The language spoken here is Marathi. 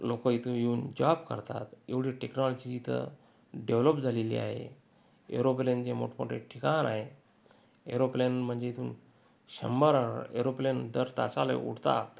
लोक इथे येऊन जॉब करतात एवढी टेक्नाॅलॉजी इथं डेव्हलप झालेली आहे एरोप्लेनचे मोठमोठे ठिकाण आहे एरोप्लेन म्हणजे इथून शंभर एरोप्लेन दर तासाला उडतात